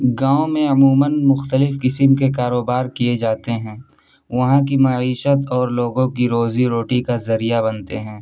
گاؤں میں عموماً مختلف قسم کے کاروبار کیے جاتے ہیں وہاں کی معیشت اور لوگوں کی روزی روٹی کا ذریعہ بنتے ہیں